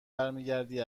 برمیگردی